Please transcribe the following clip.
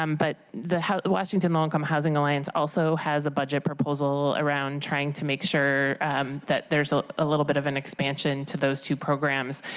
um but the washington like um housing alliance also has a budget proposal around trying to make sure um there is ah a little bit of and expansion to those two programs,